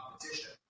competition